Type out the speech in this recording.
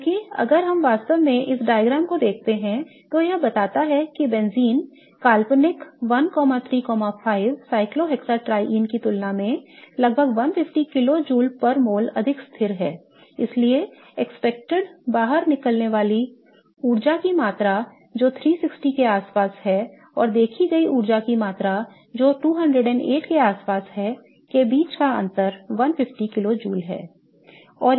क्योंकि अगर हम वास्तव में इस diagram को देखते हैं तो यह बताता है कि बेंज़ीन काल्पनिक 1 3 5 साइक्लोहेक्सैट्रिन 1 3 5 cyclohexatriene की तुलना में लगभग 150 किलो जूल प्रति मोल है अधिक स्थिर है I इसलिए expected बाहर निकलने वाली ऊर्जा की मात्रा जो 360 के आसपास हैऔर देखी गई गई ऊर्जा की मात्रा जो 208 के आसपास हैके बीच का अंतर 150 किलो जूल है